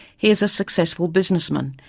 he is a successful businessman,